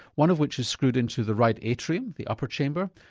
one of which is screwed into the right atrium, the upper chamber,